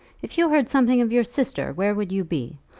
if you heard something of your sister where would you be?